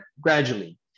gradually